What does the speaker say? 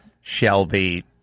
Shelby